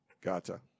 gotcha